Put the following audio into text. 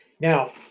Now